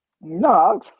No